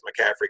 McCaffrey